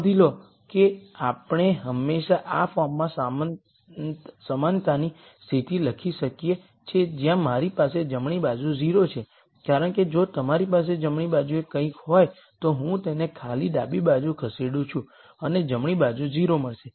નોંધ લો કે આપણે હંમેશાં આ ફોર્મમાં સમાનતાની સ્થિતિ લખી શકીએ છીએ જ્યાં મારી પાસે જમણી બાજુ 0 છે કારણ કે જો તમારી પાસે જમણી બાજુએ કંઇક હોય તો હું તેને ખાલી ડાબી બાજુ ખસેડું છું અને જમણી બાજુ 0 મળશે